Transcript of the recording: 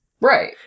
Right